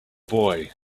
boy